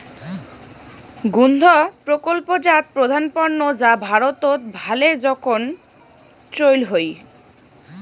দুগ্ধ প্রকল্পজাত প্রধান পণ্য যা ভারতত ভালে জোখন চইল হই